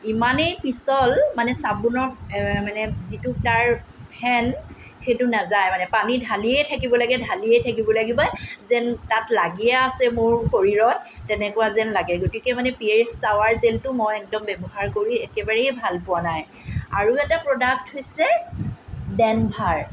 ইমানেই পিচল মানে চাবোনৰ মানে যিটো তাৰ ফেন সেইটো নাযায় মানে পানী ঢালিয়ে থাকিব লাগে ঢালিয়ে থাকিব লাগিব যেন তাত লাগিয়ে আছে মোৰ শৰীৰত তেনেকুৱা যেন লাগে গতিকে মানে পিয়েৰ্চ চাৱাৰ জেলটো মই একদম ব্যৱহাৰ কৰি একেবাৰেই ভাল পোৱা নাই আৰু এটা প্ৰডাক্ট হৈছে ডেনভাৰ